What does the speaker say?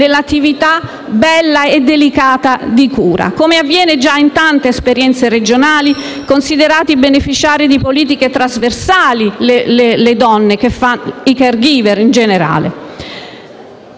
nell'attività bella e delicata di cura - come avviene già in tante esperienze regionali - e considerati beneficiari di politiche trasversali. Quindi, Presidente - e